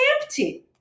empty